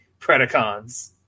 Predacons